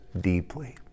deeply